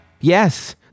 Yes